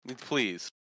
Please